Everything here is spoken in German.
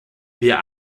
wer